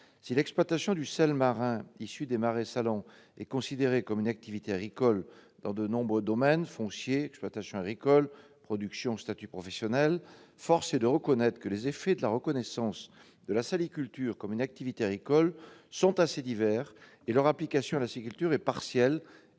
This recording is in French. Si l'exploitation du sel marin issu des marais salants est considérée comme une activité agricole dans de nombreux domaines- foncier, exploitation agricole, production, statut professionnel -, force est de reconnaître que les effets de la reconnaissance de la saliculture comme activité agricole sont assez divers, cette reconnaissance étant partielle